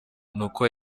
nuko